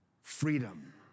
Freedom